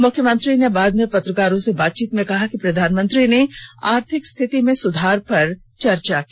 मुख्यमंत्री ने बाद में पत्रकारों से बातचीत में कहा कि प्रधानमंत्री ने आर्थिक स्थिति में सुधार पर चर्चा की